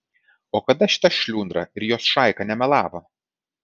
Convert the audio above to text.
o kada šita šliundra ir jos šaika nemelavo